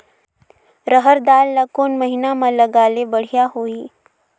रहर दाल ला कोन महीना म लगाले बढ़िया होही?